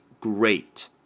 great